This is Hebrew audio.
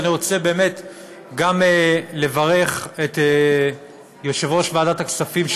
אני רוצה לברך את יושב-ראש ועדת הכספים,